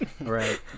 right